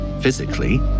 physically